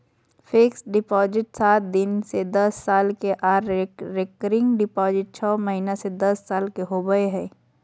fixed deposit सात दिन से दस साल के आर रेकरिंग डिपॉजिट छौ महीना से दस साल के होबय हय